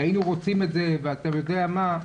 היינו רוצים את זה, ואתה יודע מה,